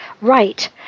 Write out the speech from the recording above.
Right